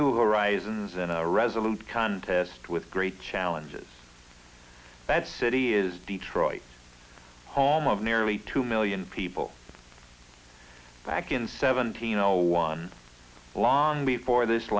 new horizons in a resolute contest with great challenges that city is detroit home of nearly two million people back in seventeen zero one long before this